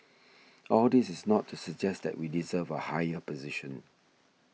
all this is not to suggest that we deserve a higher position